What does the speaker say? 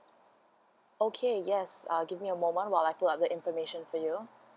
okay yes uh give me a moment while I pull out the information for you